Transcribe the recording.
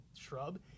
shrub